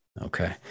Okay